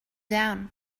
down